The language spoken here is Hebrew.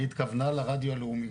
לא, היא התכוונה לרדיו הלאומי.